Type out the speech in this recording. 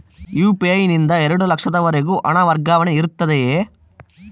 UPI ನಿಂದ ಎರಡು ಲಕ್ಷದವರೆಗೂ ಹಣ ವರ್ಗಾವಣೆ ಇರುತ್ತದೆಯೇ?